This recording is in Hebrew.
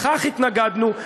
לכך התנגדנו,